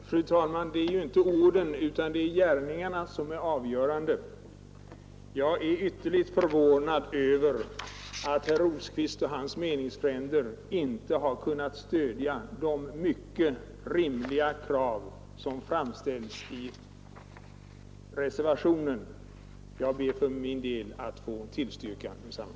Fru talman! Det är ju inte orden utan gärningarna som är avgörande. Jag är ytterligt förvånad över att herr Rosqvist och hans meningsfränder inte har kunnat stödja de mycket rimliga krav som framställts i reservationen. Jag ber för min del att än en gång få tillstyrka densamma.